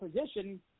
position